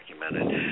documented